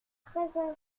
très